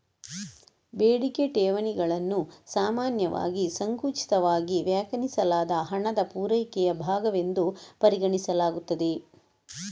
ಬೇಡಿಕೆ ಠೇವಣಿಗಳನ್ನು ಸಾಮಾನ್ಯವಾಗಿ ಸಂಕುಚಿತವಾಗಿ ವ್ಯಾಖ್ಯಾನಿಸಲಾದ ಹಣದ ಪೂರೈಕೆಯ ಭಾಗವೆಂದು ಪರಿಗಣಿಸಲಾಗುತ್ತದೆ